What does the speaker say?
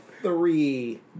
three